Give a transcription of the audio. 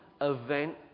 event